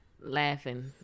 laughing